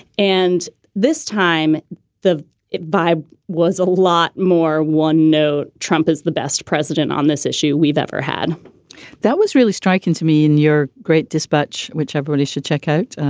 and this time the vibe was a lot more. one note. trump is the best president on this issue we've ever had that was really striking to me in your great dispatch, which everybody should check out.